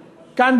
כאן,